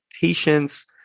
patience